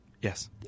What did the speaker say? Yes